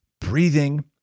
breathing